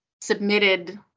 submitted